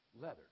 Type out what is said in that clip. leather